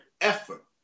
effort